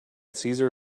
cesar